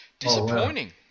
Disappointing